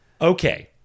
Okay